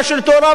וזה חשוב,